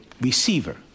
receiver